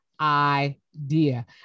idea